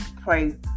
Pray